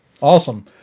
awesome